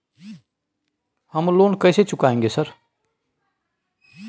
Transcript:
हम लोन कैसे चुकाएंगे सर?